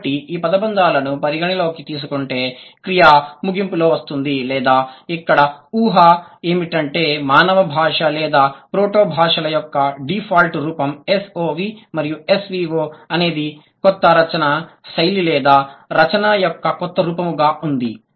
కాబట్టి ఈ పదబంధాలను పరిగణనలోకి తీసుకుంటే క్రియ ముగింపులో వస్తుంది లేదా ఇక్కడ ఊహ ఏమిటంటే మానవ భాష లేదా ప్రోటో భాషల యొక్క డిఫాల్ట్ రూపము SOV మరియు SVO అనేది కొత్త రచనా శైలి లేదా రచనా యొక్క కొత్త రూపముగా ఉంది